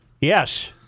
Yes